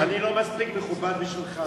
אני לא מספיק מכובד בשבילך?